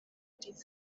dydd